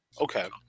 Okay